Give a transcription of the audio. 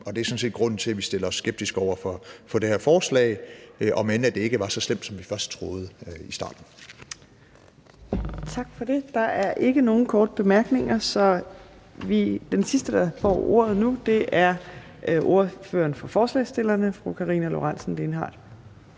og det er sådan set grunden til, at vi stiller os skeptiske over for det her forslag, om end det ikke var så slemt, som vi først troede. Kl. 15:57 Fjerde næstformand (Trine Torp): Tak for det. Der er ikke nogen korte bemærkninger. Den sidste, der får ordet nu, er ordføreren for forslagsstillerne, fru Karina Lorentzen Dehnhardt